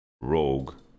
Rogue